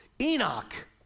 Enoch